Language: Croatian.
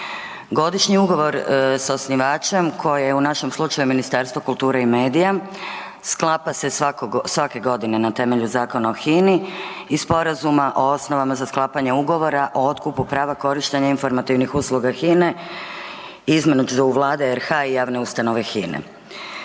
Godišnji ugovor sa osnivačem koji je u našem slučaju Ministarstvo kulture i medija, sklapa se svake godine na temelju Zakona o HINA-i i Sporazuma o osnovama za sklapanje ugovora o otkupu prava korištenja informativnih usluga HINA-e između Vlade RH i javne ustanove HINA-e.